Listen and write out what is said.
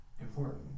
important